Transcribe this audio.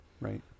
Right